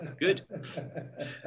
good